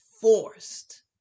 forced